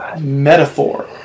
Metaphor